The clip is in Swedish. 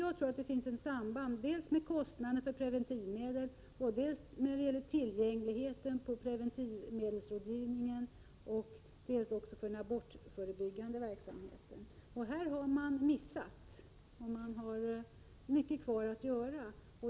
Jag tror att det finns ett samband, dels med kostnaden för preventivmedel, dels när det gäller tillgängligheten på preventivmedelsrådgivningen, dels också när det gäller den abortförebyggande verksamheten. Här har man missat, och man har mycket kvar att göra.